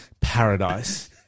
paradise